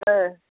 ओह